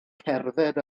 cerdded